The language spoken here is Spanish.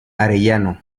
arellano